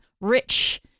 rich